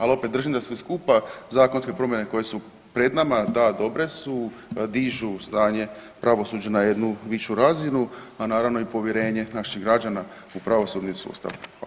Ali opet držim da sve skupa zakonske promjene koje su pred nama da, dobre su, dižu stanje pravosuđa na jednu višu razinu, a naravno i povjerenje naših građana u pravosudni sustav.